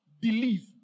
Believe